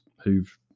who've